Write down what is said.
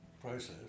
process